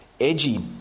Edgy